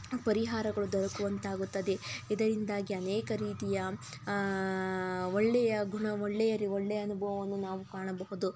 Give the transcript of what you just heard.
ಪರಿಹಾರಗಳು ದೊರಕುವಂತಾಗುತ್ತದೆ ಇದರಿಂದಾಗಿ ಅನೇಕ ರೀತಿಯ ಒಳ್ಳೆಯ ಗುಣ ಒಳ್ಳೆಯ ರಿ ಒಳ್ಳೆಯ ಅನುಭವವನ್ನು ನಾವು ಕಾಣಬಹುದು